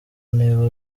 niba